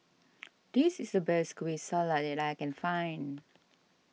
this is the best Kueh Salat that I can find